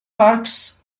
parks